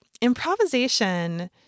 improvisation